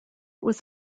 was